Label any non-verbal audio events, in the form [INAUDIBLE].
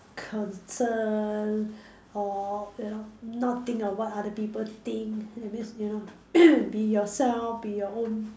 concern or you know not think of what other people think that means you know [COUGHS] be yourself be your own